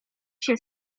się